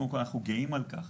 קודם כול, אנחנו גאים על כך